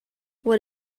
what